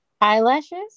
Eyelashes